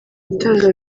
gutanga